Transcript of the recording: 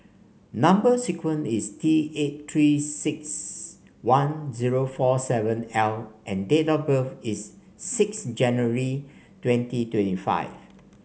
number sequence is T eight Three six one zero four seven L and date of birth is six January twenty twenty five